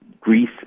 Greece